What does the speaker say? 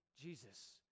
Jesus